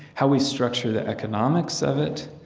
how we structure the economics of it,